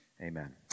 Amen